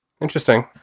Interesting